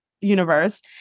universe